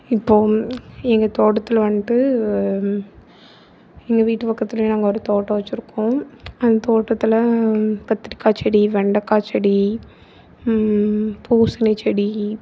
இப்போ எங்கள் தோட்டத்தில் வந்துட்டு எங்கள் வீட்டு பக்கத்துலயே நாங்கள் ஒரு தோட்டம் வச்சுருக்கோம் அந்த தோட்டத்தில் கத்திரிக்காய் செடி வெண்டக்காய் செடி பூசணி செடி